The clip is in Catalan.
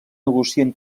negocien